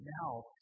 now